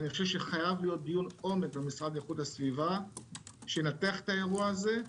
חייב להיות דיון עומק במשרד להגנת הסביבה שינתח את האירוע הזה.